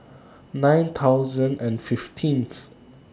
nine thousand and fifteenth